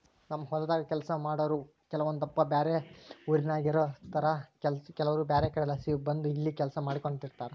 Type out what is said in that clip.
ನಮ್ಮ ಹೊಲದಾಗ ಕೆಲಸ ಮಾಡಾರು ಕೆಲವೊಂದಪ್ಪ ಬ್ಯಾರೆ ಊರಿನೋರಾಗಿರುತಾರ ಕೆಲವರು ಬ್ಯಾರೆ ಕಡೆಲಾಸಿ ಬಂದು ಇಲ್ಲಿ ಕೆಲಸ ಮಾಡಿಕೆಂಡಿರ್ತಾರ